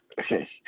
Okay